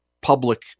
public